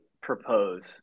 propose